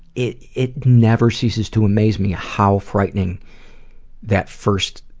it it never ceases to amaze me how frightening that first